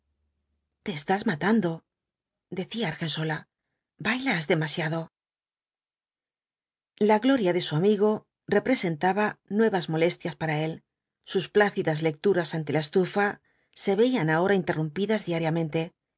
te estás matando decía argensola bailas demasiado la gloria de su amigo representaba nuevas molestias para él sus plácidas lecturas ante la estufa se veían ahora interrumpidas diariamente